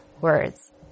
words